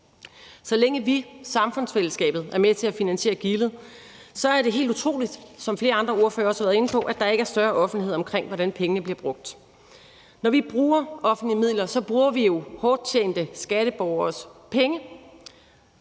Så længe vi, samfundsfællesskabet, er med til at finansiere gildet, er det helt utroligt – som flere andre ordførere også har været inde på – at der ikke er større offentlighed omkring, hvordan pengene bliver brugt. Når vi bruger offentlige midler, bruger vi jo skatteborgeres